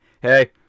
hey